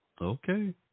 Okay